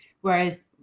whereas